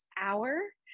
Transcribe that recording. Hour